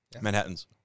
Manhattan's